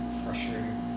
frustrating